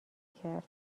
کرد